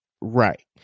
Right